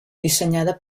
dissenyada